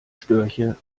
störche